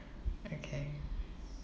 okay